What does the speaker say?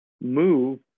move